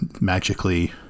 magically